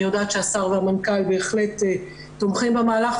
אני יודעת שהשר והמנכ"ל בהחלט תומכים במהלך,